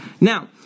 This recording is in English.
Now